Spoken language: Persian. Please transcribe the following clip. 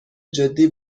جدی